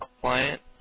client